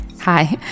hi